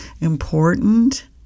important